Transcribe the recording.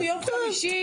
היינו ביום חמישי.